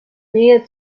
nähe